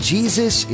Jesus